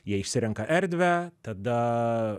jie išsirenka erdvę tada